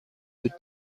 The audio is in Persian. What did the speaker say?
بود